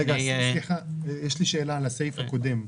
סליחה, שאלה על הסעיף הקודם.